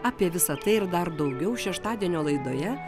apie visa tai ir dar daugiau šeštadienio laidoje